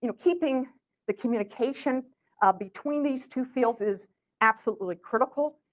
you know keeping the communication between these two fields is absolutely critical.